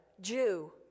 Jew